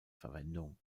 verwendung